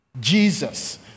Jesus